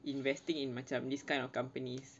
investing in macam these kind of companies